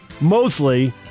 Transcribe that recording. mostly